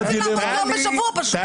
אתם רוצים לעבוד יום בשבוע פשוט.